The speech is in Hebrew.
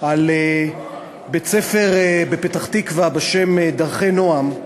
על בית-ספר בפתח-תקווה בשם "דרכי נעם",